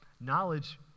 Knowledge